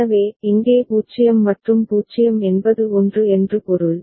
எனவே இங்கே 0 மற்றும் 0 என்பது 1 என்று பொருள்